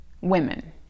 women